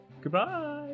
goodbye